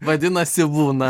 vadinasi būna